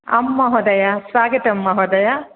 आं महोदय स्वागतं महोदय